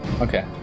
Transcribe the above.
Okay